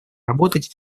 работать